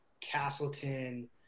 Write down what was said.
Castleton